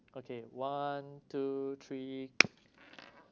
okay one two three